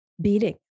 beating